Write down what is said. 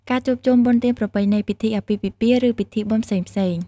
ការជួបជុំបុណ្យទានប្រពៃណី ពិធីអាពាហ៍ពិពាហ៍ ឬពិធីបុណ្យផ្សេងៗ។